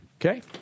Okay